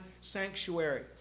sanctuary